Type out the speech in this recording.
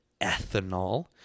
ethanol